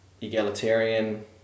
egalitarian